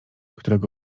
którego